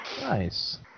Nice